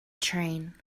train